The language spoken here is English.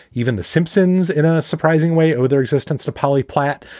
even the simpsons, in a surprising way, owe their existence to polly platt.